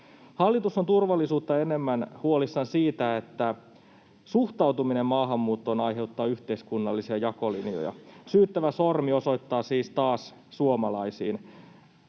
Hallitus on turvallisuutta enemmän huolissaan siitä, että suhtautuminen maahanmuuttoon aiheuttaa yhteiskunnallisia jakolinjoja. Syyttävä sormi osoittaa siis taas suomalaisiin.